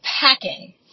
packing